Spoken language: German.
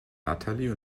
natalie